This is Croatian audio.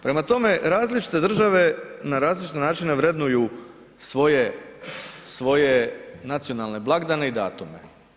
Prema tome, različite države na različite načine vrednuju svoje nacionalne blagdane i datume.